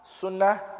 Sunnah